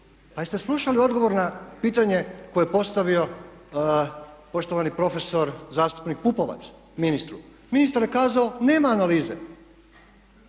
Pa jeste slušali odgovor na pitanje koje je postavio poštovani profesor zastupnik Pupovac ministru? Ministar je kazao nema analize.